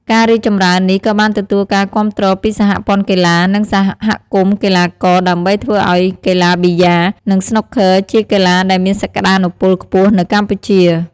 ការរីកចម្រើននេះក៏បានទទួលការគាំទ្រពីសហព័ន្ធកីឡា និងសហគមន៍កីឡាករ ដើម្បីធ្វើឲ្យកីឡាប៊ីយ៉ា និងស្នូកឃ័រជាកីឡាដែលមានសក្តានុពលខ្ពស់នៅកម្ពុជា។